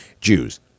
Jews